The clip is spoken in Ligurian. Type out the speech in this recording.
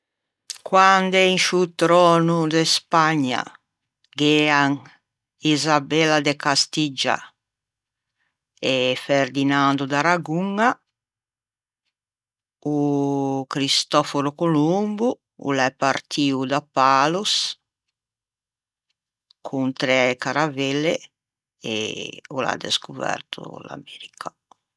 Quande in sciô tròno de Spagna gh'ean Isabella de Castiggia e Ferdinando d'Aragoña o Cristofòro Colombo o l'é partio da Palos con træ caravelle e o l'à descoverto l'America